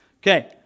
Okay